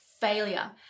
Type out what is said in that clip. failure